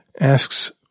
asks